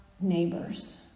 neighbors